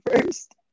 first